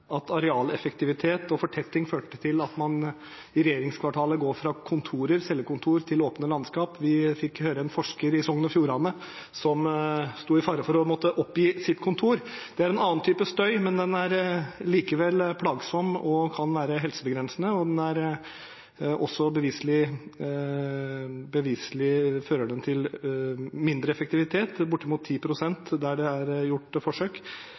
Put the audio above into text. at arealeffektivitet og fortetting førte til at man i regjeringskvartalet går fra cellekontor til åpne landskap. Vi fikk høre en forsker i Sogn og Fjordane som sto i fare for å måtte oppgi sitt kontor. Det er annen type støy, men den er likevel plagsom og kan være helsebegrensende, og beviselig fører den også til mindre effektivitet – bortimot 10 pst. der det er gjort forsøk.